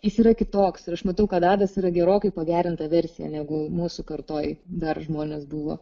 jis yra kitoks ir aš matau kad adas yra gerokai pagerinta versija negu mūsų kartoj dar žmonės buvo